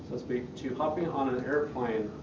so-to-speak, to hopping on an airplane,